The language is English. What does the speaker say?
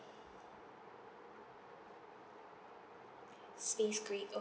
space grey okay